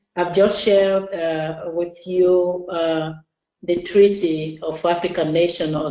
i've just shared with you the treaty of african nations